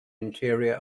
interior